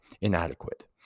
inadequate